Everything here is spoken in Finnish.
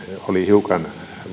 oli hiukan